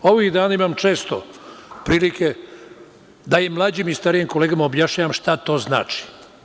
Ovih dana imam često prilike da mlađim i starijim kolegama objašnjavam šta to znači.